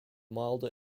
milder